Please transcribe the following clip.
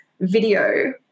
video